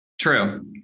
True